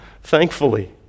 thankfully